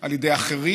על ידי אחרים,